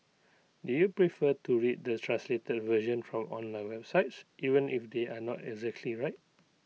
do you prefer to read the translated version from online websites even if they are not exactly right